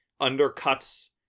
undercuts